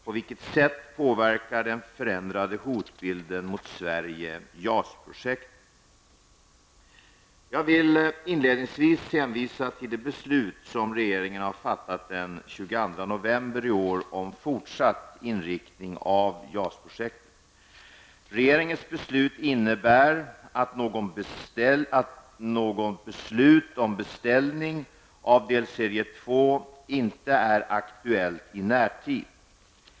På vilket sätt påverkar den förändrade hotbilden mot Sverige JAS-projektet? Jag vill inledningsvis hänvisa till det beslut som regeringen har fattat den 22 november i år om fortsatt inriktning av JAS-projektet. Regeringens beslut innebär att något beslut om beställning av delserie 2 inte är aktuellt i närtid.